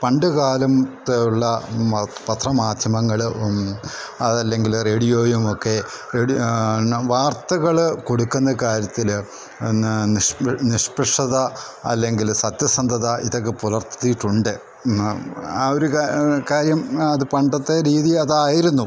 പണ്ട് കാലംത്ത് ഉള്ള പത്രമാധ്യമങ്ങളും അതല്ലെങ്കിൽ റേഡിയോയുമൊക്കെ വാർത്തകൾ കൊടുക്കുന്ന കാര്യത്തിൽ നിഷ്പക്ഷത അല്ലെങ്കിൽ സത്യസന്ധത ഇതൊക്കെ പുലർത്തിയിട്ടുണ്ട് ആ ഒരു കാര്യം അത് പണ്ടത്തെ രീതി അതായിരുന്നു